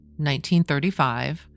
1935